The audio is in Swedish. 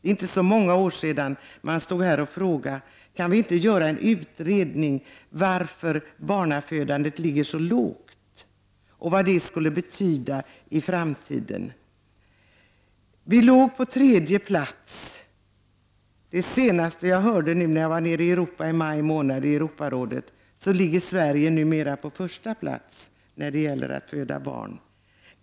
För inte så många år sedan frågade vi oss om det inte borde göras en utredning om orsakerna till att barnafödandet var så lågt i vårt land och vad det skulle komma att betyda framöver. Vi låg då på tredje plats i Europa. När jag senast var i Europarådet i mars månad fick jag veta att Sverige numera ligger på första plats i fråga om antalet barnafödslar.